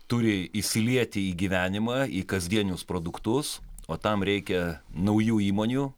turi įsilieti į gyvenimą į kasdienius produktus o tam reikia naujų įmonių